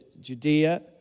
Judea